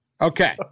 Okay